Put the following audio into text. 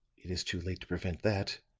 it is too late to prevent that.